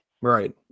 right